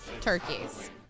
turkeys